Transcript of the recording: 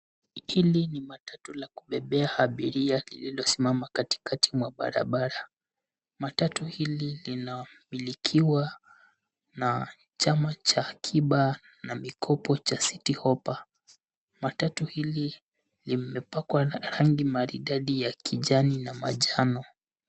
Hili ni matatu la kubebea abiria lililosimama katikati mwa barabara. Matatu hili linamilikiwa na chama cha akiba na mikopo cha citi hoppa . Matatu hili limepakwa na rangi maridadi ya kijani na manjano.